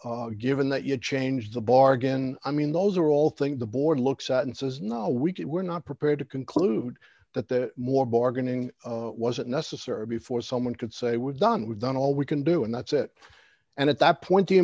sessions given that you've changed the bargain i mean those are all thing the board looks at and says no we were not prepared to conclude that the more bargaining wasn't necessary before someone could say we're done with done all we can do and that's it and at that point the